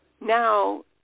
now